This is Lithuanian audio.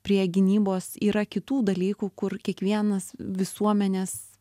prie gynybos yra kitų dalykų kur kiekvienas visuomenės